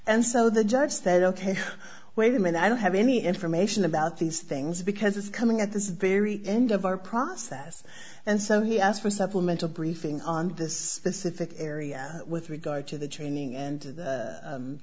and so the judge said ok wait a minute i don't have any information about these things because it's coming at this very end of our process and so he asked for supplemental briefing on this specific area with regard to the training and